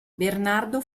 bernardo